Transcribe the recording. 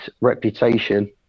reputation